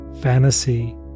fantasy